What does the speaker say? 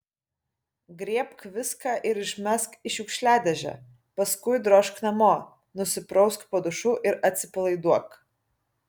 griebk viską ir išmesk į šiukšliadėžę paskui drožk namo nusiprausk po dušu ir atsipalaiduok